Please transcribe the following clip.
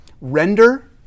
render